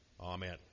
Amen